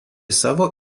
savo